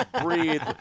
breathe